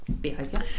Behavior